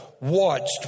watched